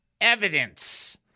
evidence